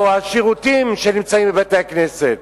או השירותים שנמצאים בבתי-הכנסת,